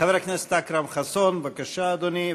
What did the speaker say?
חבר הכנסת אכרם חסון, בבקשה, אדוני.